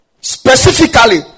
specifically